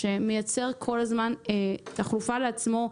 שמייצרת כל הזמן תחלופה לעצמה,